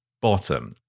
bottom